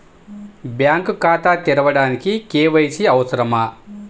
Bank ఖాతా తెరవడానికి KYC అవసరమా?